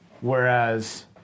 Whereas